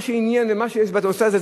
מה שעניין ומה שיש בנושא הזה,